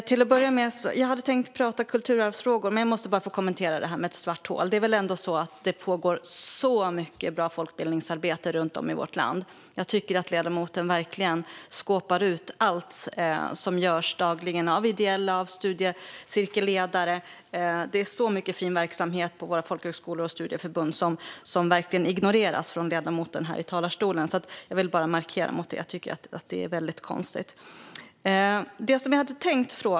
Fru talman! Jag hade tänkt prata kulturarvsfrågor, men jag måste bara få kommentera det här med ett svart hål. Det är väl ändå så att det pågår så mycket bra folkbildningsarbete runt om i vårt land. Jag tycker att ledamoten verkligen skåpar ut allt som görs dagligen av ideella aktörer och studiecirkelledare. Ledamoten ignorerar så mycket fin verksamhet på våra folkhögskolor och studieförbund. Jag vill bara markera mot det, för jag tycker att det är väldigt konstigt.